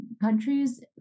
countries